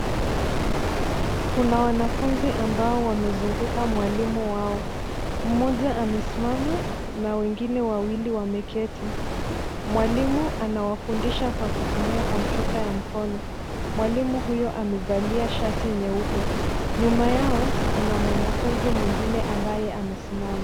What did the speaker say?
Kuna wanafunzi ambao wamezunguka mwalimu wao. Mmoja amesimama na wengine wawili wameketi. Mwalimu anawafundisha kwa kutumia kompyuta ya mkono. Mwalimu huyo amevalia shati nyeupe. Nyuma yao, kuna mwanafunzi mwingine ambaye amesimama.